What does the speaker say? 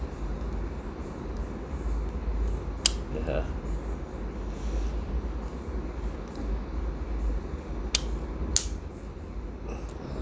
yeah uh